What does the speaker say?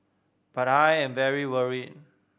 but I am very worried